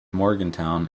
morgantown